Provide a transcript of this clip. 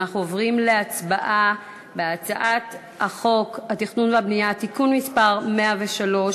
אנחנו עוברים להצבעה על הצעת חוק התכנון והבנייה (תיקון מס' 103),